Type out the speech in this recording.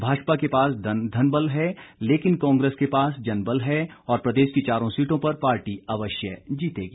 भाजपा के पास धनबल है लेकिन कांग्रेस के पास जनबल है और प्रदेश की चारों सीटों पर पार्टी अवश्य जीतेगी